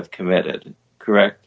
have committed correct